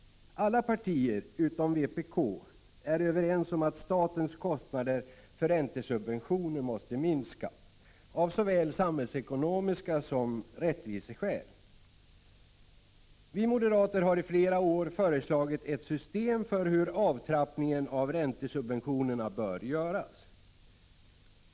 Alla partier — utom vpk — är överens om att statens kostnader för räntesubventioner måste minska, av såväl samhällsekonomiska skäl som rättviseskäl. Vi moderater har i flera år föreslagit ett system för hur avtrappningen av räntesubventionerna bör göras.